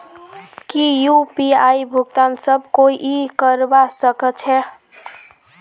की यु.पी.आई भुगतान सब कोई ई करवा सकछै?